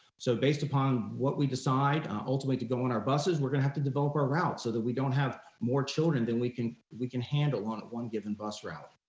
so based upon what we decide ultimately to go on our buses, we're gonna have to develop our route so that we don't have more children than we can we can handle at one given bus route.